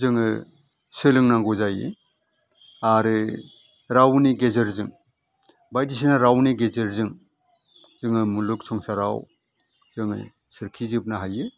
जोङो सोलोंनांगौ जायो आरो रावनि गेजेरजों बायदिसिना रावनि गेजेरजों जोङो मुलुग संसाराव जोङो सोरखिजोबनो हायो